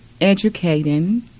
educating